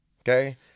Okay